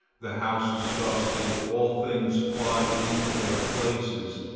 the house is dusted, all things fly into their places,